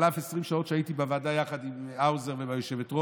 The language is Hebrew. על אף 20 השעות שהייתי בוועדה יחד עם האוזר ועם היושבת-ראש,